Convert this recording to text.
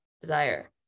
desire